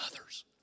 others